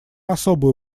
особую